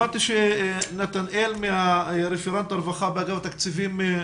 הבנתי שנתנאל, רפרנט הרווחה באגף התקציבים,